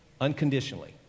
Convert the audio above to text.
unconditionally